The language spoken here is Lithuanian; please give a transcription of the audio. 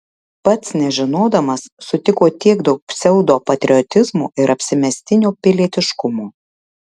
pats nežinodamas sutiko tiek daug pseudopatriotizmo ir apsimestinio pilietiškumo